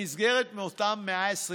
במסגרת אותם 120 הימים.